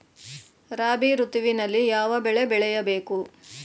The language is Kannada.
ರಾಬಿ ಋತುವಿನಲ್ಲಿ ಯಾವ ಬೆಳೆ ಬೆಳೆಯ ಬೇಕು?